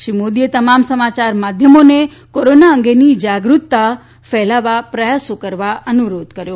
શ્રી મોદીએ તમામ સમાચાર માધ્યમોને કોરોના અંગેની જાગૃતતા ફેલાવવાના પ્રયાસો કરવા અનુરોધ કર્યો